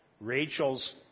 Rachel's